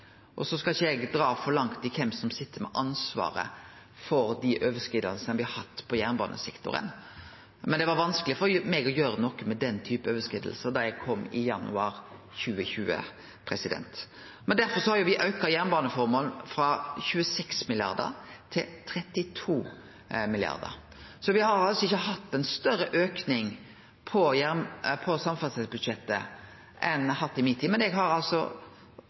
skal ikkje dra det for langt når det gjeld kven som sit med ansvaret for dei overskridingane me har hatt på jernbanesektoren, men det var vanskeleg for meg å gjere noko med den typen overskridingar da eg kom i januar 2020. Men derfor har me auka jernbaneformål frå 26 mrd. kr til 32 mrd. kr. Me har altså ikkje hatt ein større auke på samferdselsbudsjettet enn det me har hatt i mi tid, men eg har altså